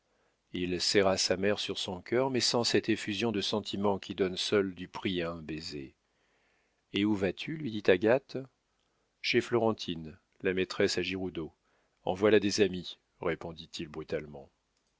il serra sa mère sur son cœur mais sans cette effusion de sentiment qui donne seule du prix à un baiser et où vas-tu lui dit agathe chez florentine la maîtresse à giroudeau en voilà des amis répondit-il brutalement